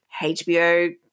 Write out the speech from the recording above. HBO